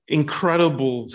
incredible